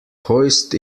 hoist